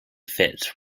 fit